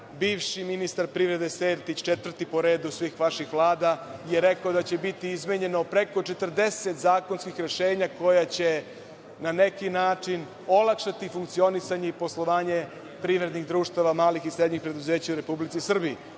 bivši ministar privrede Sertić, četvrti po redu svih vaših vlada, je rekao da će biti izmenjeno preko 40 zakonskih rešenja koja će na neki način olakšati funkcionisanje i poslovanje privrednih društava, malih i srednjih preduzeća u Republici Srbiji.